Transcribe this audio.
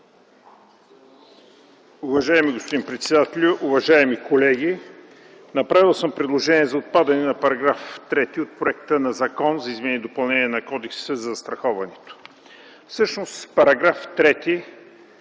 Уважаеми господин председателю, уважаеми колеги, направил съм предложение за отпадане на § 3 от проекта на Закон за изменение и допълнение на Кодекса за застраховането.